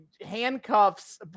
handcuffs